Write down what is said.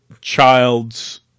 child's